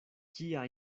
kia